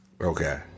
Okay